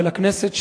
ולכנסת,